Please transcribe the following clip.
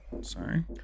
Sorry